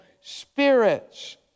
spirits